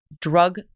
drug